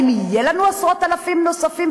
האם יהיו לנו עשרות-אלפים נוספים,